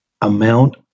amount